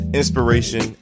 inspiration